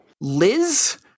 Liz